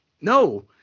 no